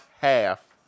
Half